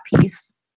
piece